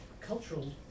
cultural